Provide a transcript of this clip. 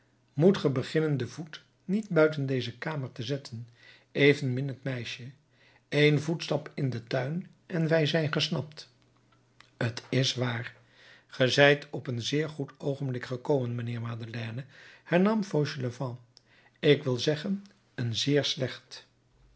moet ge beginnen den voet niet buiten deze kamer te zetten evenmin het meisje eén voetstap in den tuin en wij zijn gesnapt t is waar ge zijt op een zeer goed oogenblik gekomen mijnheer madeleine hernam fauchelevent ik wil zeggen een zeer slecht